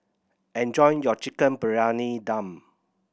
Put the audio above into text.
enjoy your Chicken Briyani Dum